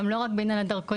גם לא רק בעניין הדרכונים.